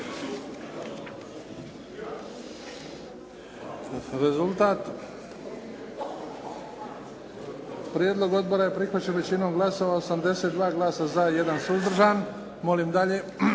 Rezultat? Prijedlog odbora prihvaćen je većinom glasova sa 82 glasa za i 1 suzdržan. Molim dalje.